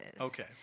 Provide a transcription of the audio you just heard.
Okay